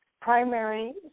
Primary